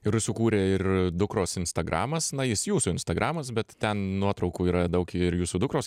ir užsikūrė ir dukros instagramas na jis jūsų instagramas bet ten nuotraukų yra daug ir jūsų dukros